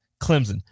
Clemson